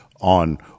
on